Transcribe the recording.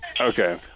Okay